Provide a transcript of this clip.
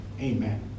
Amen